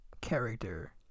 character